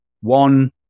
one